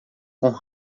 com